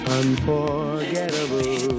unforgettable